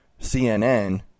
CNN